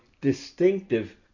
distinctive